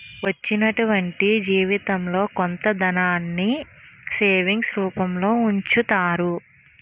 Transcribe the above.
వచ్చినటువంటి జీవితంలో కొంత ధనాన్ని సేవింగ్స్ రూపంలో ఉంచుతారు